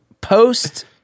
post